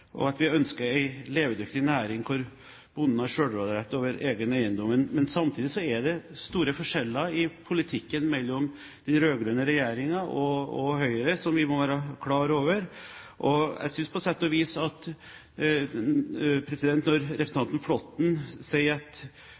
og at vi ønsker en levedyktig næring hvor bonden har selvråderett over egen eiendom. Men samtidig er det store forskjeller i politikken mellom den rød-grønne regjeringen og Høyre, som vi må være klar over. Jeg synes på sett og vis at når representanten Flåtten sier at